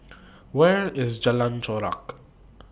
Where IS Jalan Chorak